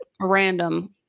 random